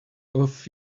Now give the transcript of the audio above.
off